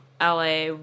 la